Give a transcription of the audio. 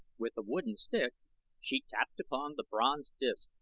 with a wooden stick she tapped upon the bronze disc,